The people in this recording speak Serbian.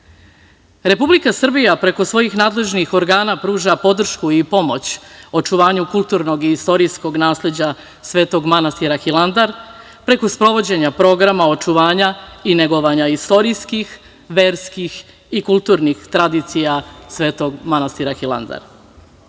nasleđe. Republika Srbija preko svojih nadležnih organa pruža podršku i pomoć očuvanju kulturnog i istorijskog nasleđa Svetog manastira Hilandar, preko sprovođenja programa očuvanja i negovanja istorijskih, verskih i kulturnih tradicija Svetog manastira Hilandar. Poseta